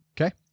Okay